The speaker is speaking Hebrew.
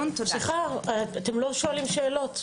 סליחה, אתם לא שואלים שאלות.